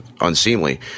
unseemly